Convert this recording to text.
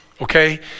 okay